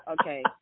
Okay